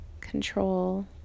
control